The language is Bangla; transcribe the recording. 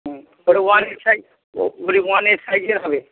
হুম ওটা ওয়ান এস সাইজ ও বলি ওয়ান এস সাইজের হবে